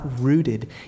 rooted